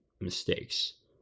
mistakes